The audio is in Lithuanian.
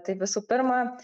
tai visų pirma